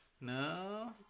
No